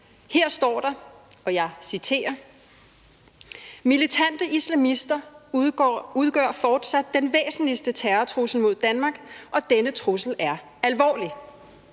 Her står der, og jeg citerer: »Militante islamister udgør fortsat den væsentligste terrortrussel mod Danmark, og denne trussel er alvorlig